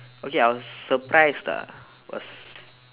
okay I was surprised ah was